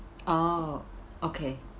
oh okay